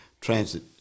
transit